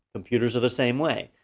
computers are the same way.